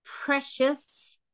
precious